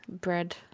bread